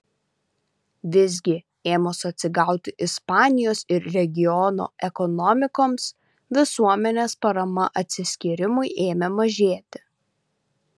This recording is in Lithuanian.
visgi ėmus atsigauti ispanijos ir regiono ekonomikoms visuomenės parama atsiskyrimui ėmė mažėti